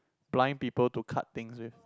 blind people to cut things with